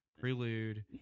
prelude